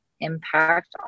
impact